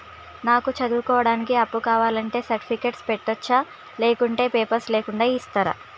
నాకు చదువుకోవడానికి అప్పు కావాలంటే సర్టిఫికెట్లు పెట్టొచ్చా లేకుంటే పేపర్లు లేకుండా ఇస్తరా?